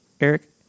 Eric